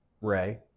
Ray